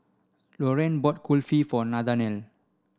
Lorrayne bought Kulfi for Nathanael